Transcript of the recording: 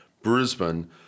Brisbane